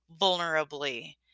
vulnerably